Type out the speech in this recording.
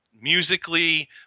musically